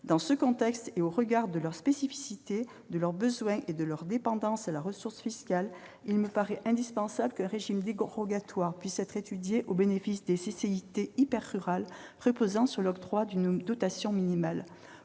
Dans ce contexte et au regard de leurs spécificités, de leurs besoins et de leur dépendance à la ressource fiscale, il me paraît indispensable qu'un régime dérogatoire puisse être étudié au bénéfice des CCIT, les chambres de commerce et d'industrie